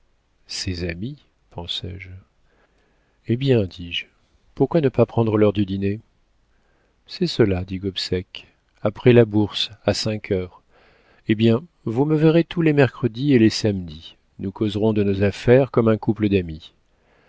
ses amis pensai-je eh bien dis-je pourquoi ne pas prendre l'heure du dîner c'est cela dit gobseck après la bourse à cinq heures eh bien vous me verrez tous les mercredis et les samedis nous causerons de nos affaires comme un couple d'amis